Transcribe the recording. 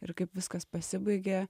ir kaip viskas pasibaigė